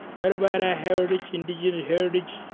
not about our heritage, indigenous heritage,